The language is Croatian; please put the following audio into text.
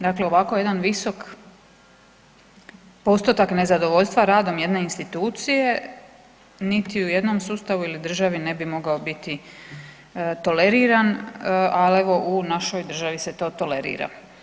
Dakle, ovako jedan visok postotak nezadovoljstva radom jedne institucije niti u jednom sustavu ili državi ne bi mogao biti toleriran, al evo u našoj državi se to tolerira.